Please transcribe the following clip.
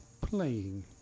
playing